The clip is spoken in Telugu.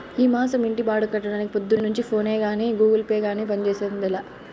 ఈ మాసం ఇంటి బాడుగ కట్టడానికి పొద్దున్నుంచి ఫోనే గానీ, గూగుల్ పే గానీ పంజేసిందేలా